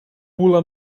pula